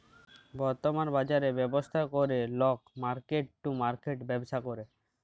বর্তমাল বাজরের ব্যবস্থা ক্যরে লক মার্কেট টু মার্কেট ব্যবসা ক্যরে